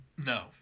No